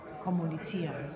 kommunizieren